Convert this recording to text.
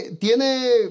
tiene